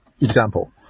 Example